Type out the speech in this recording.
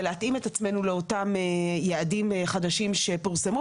להתאים את עצמנו לאותם יעדים חדשים שפורסמו.